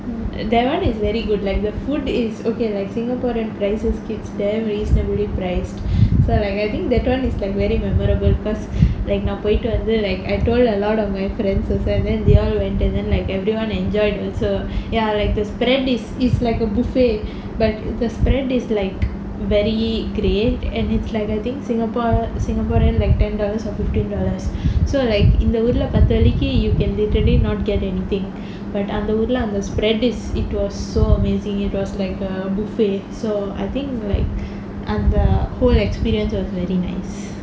that [one] is very good like the food is okay like singaporean prices is they are reasonably priced so like I think that [one] is like very memorable because like நான் போய்ட்டு வந்து:naan poyittu vanthu like I told a lot of my friends also then they all went and then like everyone enjoyed also ya like the spread is is like a buffet but the spread is like very great and is like I think singapore singaporean ten dollars or fifteen dollars so like இந்த ஊர்ல பத்து வெள்ளிக்கு:intha oorla pathu vellikku you can literally not get anything but அந்த ஊர்ல:antha oorla the spread is it was so amazing it was like a buffet so I think like the whole experience was very nice